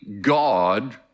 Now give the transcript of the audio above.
God